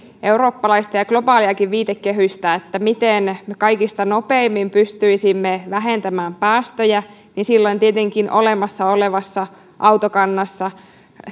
eurooppalaista ja globaaliakin viitekehystä miten me kaikista nopeimmin pystyisimme vähentämään päästöjä niin silloin tietenkin olemassa olevassa autokannassa